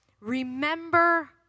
remember